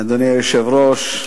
אדוני היושב-ראש,